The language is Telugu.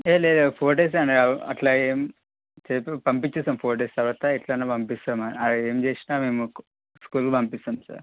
లేదు లేదు ఫోర్ డేసే అండి అట్లా ఏం చేయవద్దు పంపించేస్తాము ఫోర్ డేస్ తరువాత ఎట్లైనా పంపిస్తాము ఏం చేసినా మేము స్కూల్కి పంపిస్తాము సార్